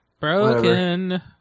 Broken